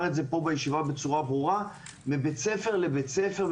פה בישיבה בצורה ברורה - מבית ספר לבית ספר,